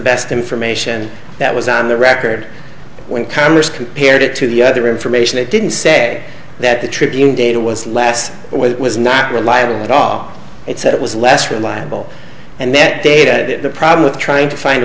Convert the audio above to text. best information that was on the record when congress compared it to the other information it didn't say that the tribune data was less with was not reliable at all it said it was less reliable and met data the problem with trying to find a